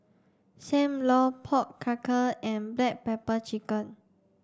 Sam Lau pork Knuckle and black pepper chicken